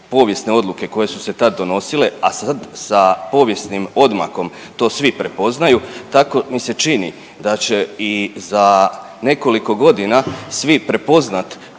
povijesne odluke koje su se tad donosile, a sad sa povijesnim odmakom to svi prepoznaju tako mi se čini da će i za nekoliko godina svi prepoznati